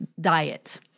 diet